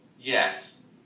Yes